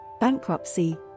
bankruptcy